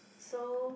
so